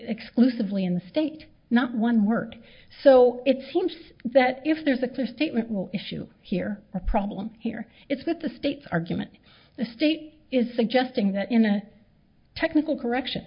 exclusively in the state not one work so it seems that if there's a clear statement will issue here our problem here is with the states argument the state is suggesting that in a technical correction